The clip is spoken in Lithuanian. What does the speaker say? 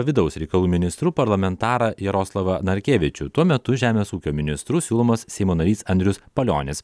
vidaus reikalų ministru parlamentarą jaroslavą narkevičių tuo metu žemės ūkio ministru siūlomas seimo narys andrius palionis